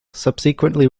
subsequently